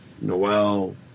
Noel